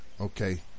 Okay